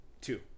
Two